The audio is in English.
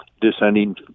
descending